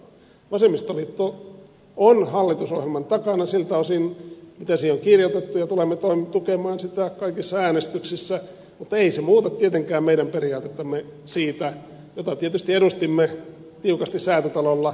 vasemmistoliitto on hallitusohjelman takana siltä osin mitä siihen on kirjoitettu ja tulemme tukemaan sitä kaikissa äänestyksissä mutta ei se muuta tietenkään meidän periaatettamme siitä jota tietysti edustimme tiukasti säätytalolla